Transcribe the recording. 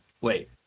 Wait